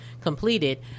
completed